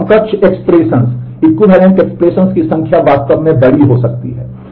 तो समकक्ष एक्सप्रेशंस की संख्या वास्तव में बड़ी हो सकती है